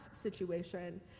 situation